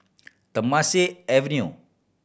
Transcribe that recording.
Temasek Avenue